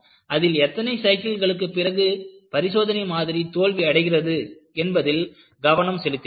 அதில் எத்தனை சைக்கிள்களுக்கு பிறகு பரிசோதனை மாதிரி தோல்வி அடைகிறது என்பதில் கவனம் செலுத்தினோம்